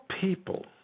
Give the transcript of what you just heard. people